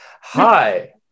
hi